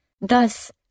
Thus